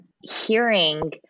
hearing